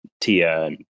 Tia